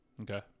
Okay